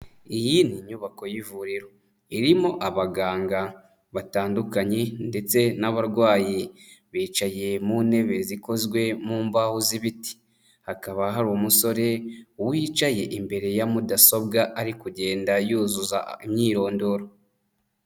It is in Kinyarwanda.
Iyi ni inyubako y'ivuriro irimo abaganga batandukanye ndetse n'abarwayi bicaye mu ntebe zikozwe mu mbaho z'ibiti, hakaba hari umusore wicaye imbere ya mudasobwa ari kugenda yuzuza imyirondoro.